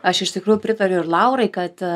aš iš tikrųjų pritariu ir laurai kad